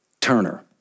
Turner